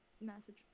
message